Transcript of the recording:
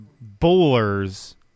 bowlers –